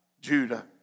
Judah